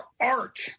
art